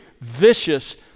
vicious